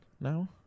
now